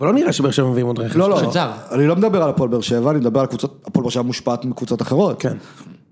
‫אבל לא נראה שבאר שבע מביאים עוד רכש. ‫-לא, לא, אני לא מדבר על הפועל באר שבע, אני מדבר על קבוצות... ‫הפועל באר שבע מושפעת מקבוצות אחרות. כן.